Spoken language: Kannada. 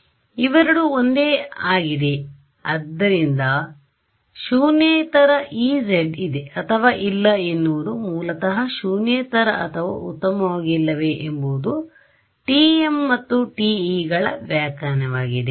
ಇವೆರಡು ಒಂದೇ ಆಗಿಡೇ ಆದ್ದ ರಿಂದ ಶೂನ್ಯೇತರ Ez ಇದೆ ಅಥವಾ ಇಲ್ಲ ಎನ್ನುವುದು ಮೂಲತಃ ಶೂನ್ಯೇತರ ಅಥವಾ ಉತ್ತಮವಾಗಿಲ್ಲವೇ ಎಂಬುದು TM ಮತ್ತು TEಗಳ ವ್ಯಾಖ್ಯಾನವಾಗಿದೆ